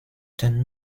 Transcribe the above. ten